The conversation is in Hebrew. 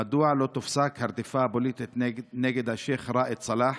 1. מדוע לא תופסק הרדיפה הפוליטית נגד השייח' ראאד סלאח?